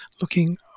looking